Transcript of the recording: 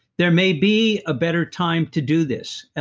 there may be a better time to do this,